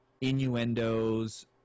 innuendos